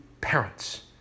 parents